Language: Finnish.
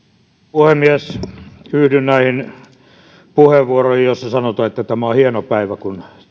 puhemies yhdyn näihin puheenvuoroihin joissa sanotaan että tämä on hieno päivä kun